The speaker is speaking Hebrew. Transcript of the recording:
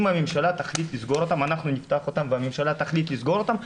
אם אנחנו נפתח אותם והממשלה תחליט לסגור אותם,